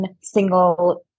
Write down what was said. single